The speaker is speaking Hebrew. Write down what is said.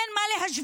אין מה להשוות.